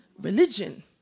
religion